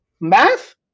math